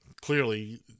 Clearly